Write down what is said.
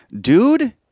Dude